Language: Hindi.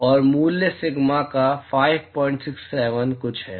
और मूल्य सिग्मा का 567 कुछ है